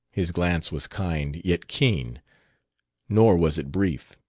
his glance was kind, yet keen nor was it brief.